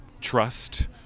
trust